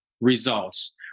results